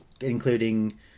including